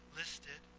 listed